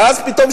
ואז פתאום,